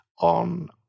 on